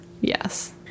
Yes